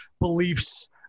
beliefs